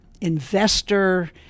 investor